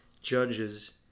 judges